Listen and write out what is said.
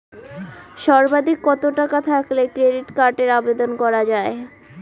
সর্বাধিক কত টাকা থাকলে ক্রেডিট কার্ডের আবেদন করা য়ায়?